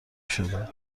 شده